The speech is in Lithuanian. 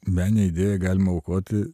meninę idėją galima aukoti